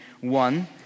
one